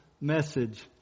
message